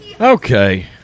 Okay